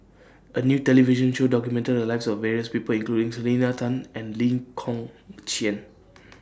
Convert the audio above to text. A New television Show documented The Lives of various People including Selena Tan and Lee Kong Chian